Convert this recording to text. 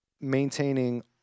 maintaining